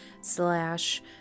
slash